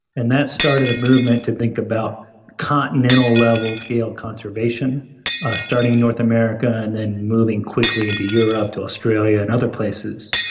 and that started a movement to think about continental level conservation starting in north america and then moving quickly into europe, to australia and other places.